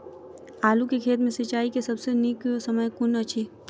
आलु केँ खेत मे सिंचाई केँ सबसँ नीक समय कुन अछि?